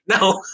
No